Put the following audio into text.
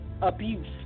abuse